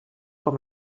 com